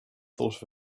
thought